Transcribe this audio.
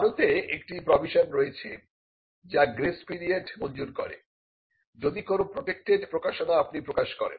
ভারতে একটি প্রভিশন রয়েছে যা গ্রেস পিরিয়ড মঞ্জুর করে যদি কোন প্রটেক্টেড প্রকাশনা আপনি প্রকাশ করেন